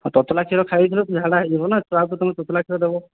ତତଲା କ୍ଷୀର ଖାଇକି ନା ଝାଡ଼ା ହୋଇଯିବ ନା ଛୁଆ କୁ ତମେ ତତଲା କ୍ଷୀର ଦେବ